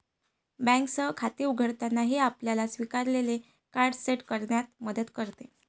बँकेसह खाते उघडताना, हे आपल्याला स्वीकारलेले कार्ड सेट करण्यात मदत करते